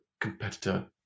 competitor